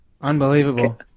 unbelievable